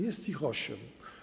Jest ich osiem.